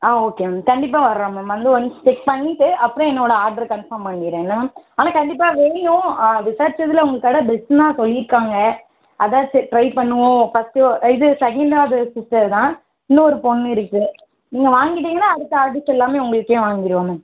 ஆ okay ma'am கண்டிப்பாக வரோம் ma'am வந்து ஒன்ஸ் செக் பண்ணிவிட்டு அப்புறோம் என்னோடய ஆட்ர் கன்ஃபார்ம் பண்ணிடறேன் என்ன மேம் ஆனால் கண்டிப்பாக வேணும் விசாரிச்சதில் உங்கள் கடை பெஸ்ட்னு தான் சொல்லியிருக்காங்க அதுதான் சரி ட்ரை பண்ணுவோம் ஃபஸ்ட்டு இது செகண்டாவது சிஸ்டர் தான் இன்னொரு பெண்ணு இருக்குது நீங்கள் வாங்கிட்டீங்கன்னால் அடுத்த ஆடர்ஸ் எல்லாமே உங்கள்கிட்டையே வாங்கிடுவோம் மேம்